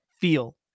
feel